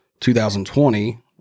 2020